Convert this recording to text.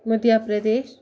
Madhya Pradesh